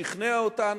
הוא שכנע אותו,